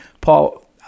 Paul